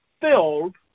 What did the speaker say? filled